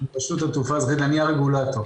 מרשות התעופה האזרחית, אני הרגולטור.